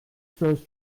throws